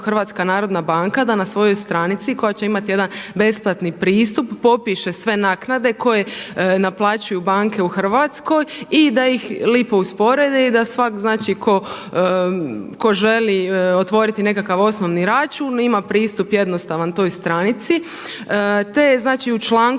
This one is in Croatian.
razdoblju HNB, da na svojoj stranici koja će imati jedan besplatni pristup popiše sve naknade koje naplaćuju banke u Hrvatskoj i da ih lipo usporede i svatko znači tko želi otvoriti nekakav osnovni račun ima pristup jednostavan toj stranici. Te je znači